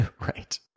Right